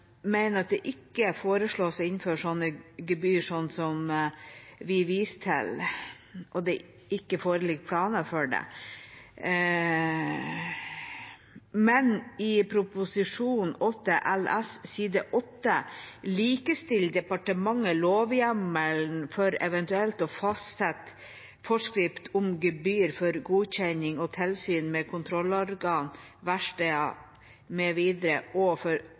mener at det ikke foreslås å innføre slike gebyrer som vi viser til, og at det ikke foreligger planer for det. Men i Prop. 8 LS, på side 8, likestiller departementet lovhjemmelen for eventuelt å fastsette forskrift om gebyr for godkjenning og tilsyn med kontrollorganer, verksteder mv. med